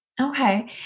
Okay